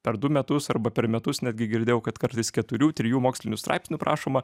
per du metus arba per metus netgi girdėjau kad kartais keturių trijų mokslinių straipsnių prašoma